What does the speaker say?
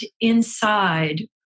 inside